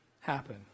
happen